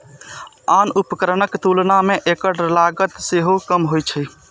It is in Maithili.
आन उपकरणक तुलना मे एकर लागत सेहो कम होइ छै